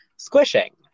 Squishing